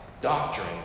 Doctrine